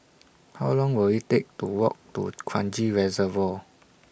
How Long Will IT Take to Walk to Kranji Reservoir